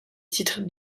titre